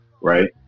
right